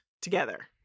together